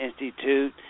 Institute